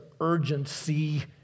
urgency